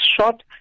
short